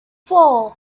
four